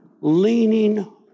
leaning